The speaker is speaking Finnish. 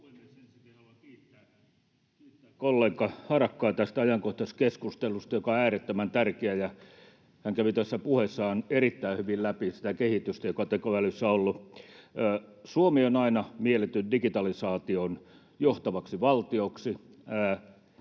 haluan kiittää edustajakollega Harakkaa tästä ajankohtaiskeskustelusta, joka on äärettömän tärkeä. Hän kävi tuossa puheessaan erittäin hyvin läpi sitä kehitystä, joka tekoälyssä on ollut. Suomi on aina mielletty digitalisaation johtavaksi valtioksi.